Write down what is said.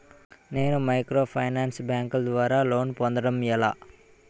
నేను మైక్రోఫైనాన్స్ బ్యాంకుల ద్వారా లోన్ పొందడం ఎలా?